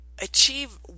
achieve